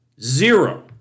Zero